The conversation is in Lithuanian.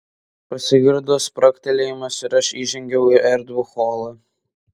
pasigirdo spragtelėjimas ir aš įžengiau į erdvų holą